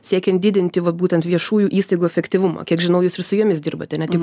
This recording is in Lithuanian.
siekiant didinti vat būtent viešųjų įstaigų efektyvumą kiek žinau jūs ir su jumis dirbate ne tik